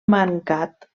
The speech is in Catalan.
mancat